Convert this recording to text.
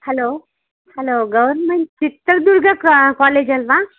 hello hello government Chitradurga ಕಾ college ಅಲ್ಲವಾ